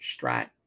strat